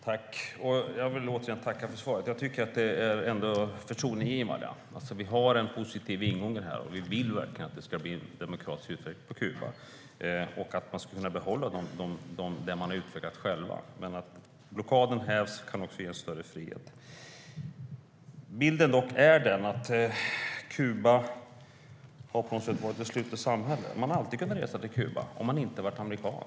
Herr talman! Jag vill återigen tacka för svaret. Det är förtroendeingivande. Det finns en positiv ingång, och vi vill verkligen att det ska bli en demokratisk utveckling på Kuba och att de ska få behålla vad de utvecklat själva. Att blockaden hävs kan också ge större frihet. Bilden är dock att Kuba har varit ett slutet samhälle, men man har alltid kunnat resa till Kuba om man inte har varit amerikan.